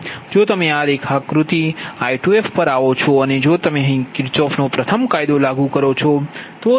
જો તમે આ આકૃતિ I2f પર આવો છો અને જો તમે અહીં કિર્ચોફ નો પ્રથમ કાયદો લાગુ કરો છો